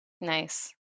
nice